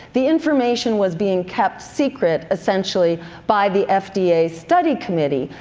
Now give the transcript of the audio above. the information was being kept secret essentially by the fda's study committee,